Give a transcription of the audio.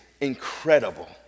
incredible